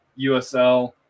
USL